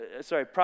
sorry